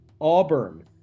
Auburn